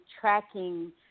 tracking